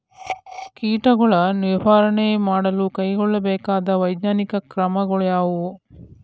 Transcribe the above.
ಕೀಟಗಳ ನಿರ್ವಹಣೆ ಮಾಡಲು ಕೈಗೊಳ್ಳಬೇಕಾದ ವೈಜ್ಞಾನಿಕ ಕ್ರಮಗಳು ಯಾವುವು?